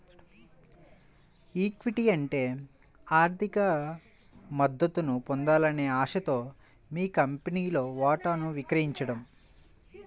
equity అంటే ఆర్థిక మద్దతును పొందాలనే ఆశతో మీ కంపెనీలో వాటాను విక్రయించడం